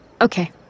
Okay